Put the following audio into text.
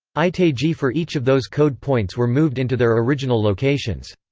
itaiji for each of those code points were moved into their original locations.